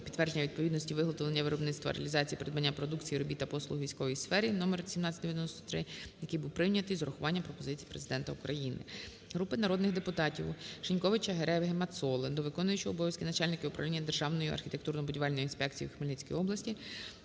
підтвердження відповідності, виготовлення, виробництва, реалізації, придбання продукції, робіт та послуг у військовій сфері" (№ 1793), який був прийнятий з урахуванням пропозицій Президента України. Групи народних депутатів (Шиньковича, Гереги, Мацоли) до Виконуючого обов'язки начальника Управління Державної архітектурно-будівельної інспекції в Хмельницькій області